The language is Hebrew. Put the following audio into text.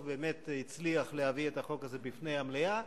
באמת הצליח להביא את החוק הזה בפני המליאה.